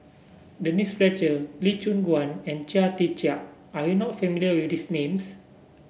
Denise Fletcher Lee Choon Guan and Chia Tee Chiak are you not familiar with these names